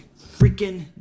Freaking